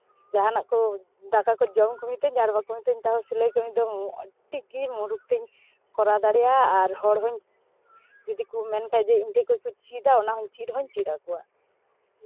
ᱡᱟᱦᱟᱱᱟᱜ ᱠᱚ ᱫᱟᱠᱟ ᱠᱚ ᱡᱚᱢ ᱠᱚ ᱢᱤᱛᱟᱹᱧ ᱟᱨ ᱵᱟᱠᱚ ᱢᱤᱛᱟᱹᱧ ᱛᱟᱣ ᱨᱮᱦᱚᱸ ᱥᱤᱞᱟᱹᱭ ᱠᱟᱹᱢᱤ ᱫᱚ ᱟᱹᱰᱤ ᱜᱤ ᱢᱩᱨᱩᱠᱷ ᱛᱤᱧ ᱠᱚᱨᱟᱣ ᱫᱟᱲᱮᱭᱟᱜᱼᱟ ᱟᱨ ᱦᱚᱲ ᱦᱚᱧ ᱡᱩᱫᱤ ᱠᱚ ᱢᱮᱱ ᱠᱷᱟᱱ ᱫᱚ ᱤᱧ ᱴᱷᱮᱱ ᱠᱷᱚᱱ ᱠᱚ ᱪᱮᱫᱟ ᱚᱱᱟᱦᱚᱧ ᱪᱮᱫ ᱦᱚᱧ ᱪᱮᱫ ᱟᱠᱚᱣᱟ